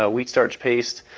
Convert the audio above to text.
ah wheat starch paste,